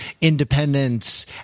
independence